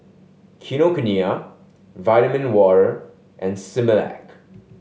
Kinokuniya Vitamin Water and Similac